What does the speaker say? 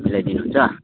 मिलाइदिनुहुन्छ